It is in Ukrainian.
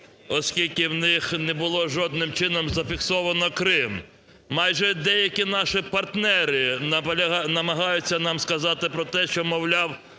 оскільки у них не було жодним чином зафіксовано Крим. Майже деякі наші партнери намагаються нам сказати про те, що мовляв